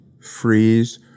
freeze